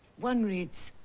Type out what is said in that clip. one reads